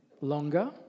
longer